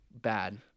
Bad